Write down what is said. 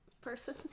person